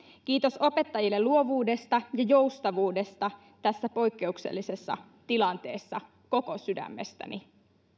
kiitos opettajille luovuudesta ja joustavuudesta tässä poikkeuksellisessa tilanteessa koko sydämestäni